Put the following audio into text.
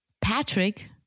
Patrick